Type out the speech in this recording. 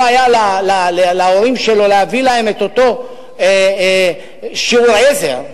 היה להורים שלו להביא להם את אותם שיעורי עזר,